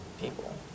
people